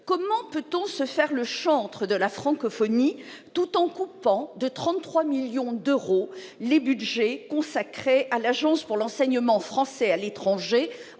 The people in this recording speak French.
Comment peut-on en effet se faire le chantre de la francophonie tout en coupant de 33 millions d'euros les budgets consacrés à l'Agence pour l'enseignement français à l'étranger